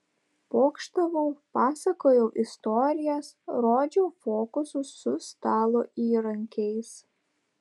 pokštavau pasakojau istorijas rodžiau fokusus su stalo įrankiais